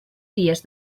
dies